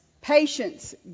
Patience